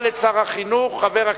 להבא,